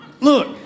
Look